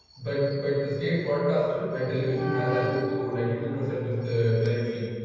but but the state broadcaster and television has access to over ninety two percent of the territory.